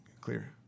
clear